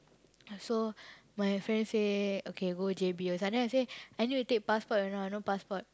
so my friend say okay go J_B also then I say I need take passport you know I no passport